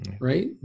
right